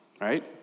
right